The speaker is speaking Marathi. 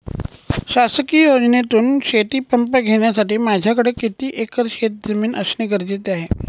शासकीय योजनेतून शेतीपंप घेण्यासाठी माझ्याकडे किती एकर शेतजमीन असणे गरजेचे आहे?